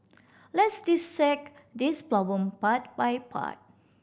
let's dissect this problem part by part